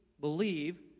believe